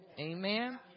amen